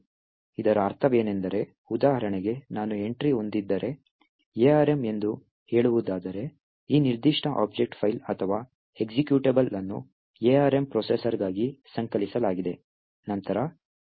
ಇದರ ಅರ್ಥವೇನೆಂದರೆ ಉದಾಹರಣೆಗೆ ನಾನು ಎಂಟ್ರಿ ಹೊಂದಿದ್ದರೆ ARM ಎಂದು ಹೇಳುವುದಾದರೆ ಈ ನಿರ್ದಿಷ್ಟ ಆಬ್ಜೆಕ್ಟ್ ಫೈಲ್ ಅಥವಾ ಎಕ್ಸಿಕ್ಯೂಟಬಲ್ ಅನ್ನು ARM ಪ್ರೊಸೆಸರ್ಗಾಗಿ ಸಂಕಲಿಸಲಾಗಿದೆ